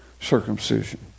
circumcision